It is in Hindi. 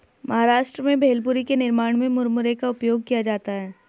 महाराष्ट्र में भेलपुरी के निर्माण में मुरमुरे का उपयोग किया जाता है